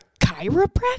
chiropractor